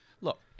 Look